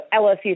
LSU